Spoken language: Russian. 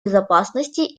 безопасности